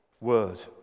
word